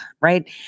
right